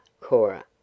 Cora